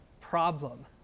problem